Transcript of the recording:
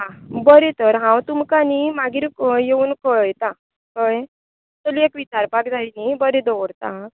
आं बरें तर हांव तुमकां न्ही मागीर येवन कळयता कळ्ळें चलयेक विचारपाक जाय न्ही बरें दवरता आं